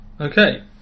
Okay